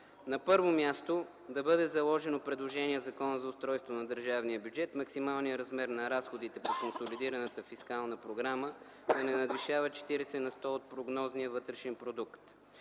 На първо място, да бъде заложено предложение в Закона за устройството на държавния бюджет максималният размер на разходите по консолидираната фискална програма да не надвишава 40 на сто от прогнозния вътрешен продукт.